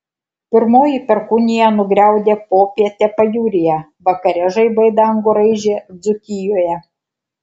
pirmoji perkūnija nugriaudė popietę pajūryje vakare žaibai dangų raižė dzūkijoje